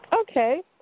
Okay